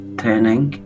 training